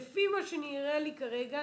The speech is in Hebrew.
לפי מה שנראה לי כרגע,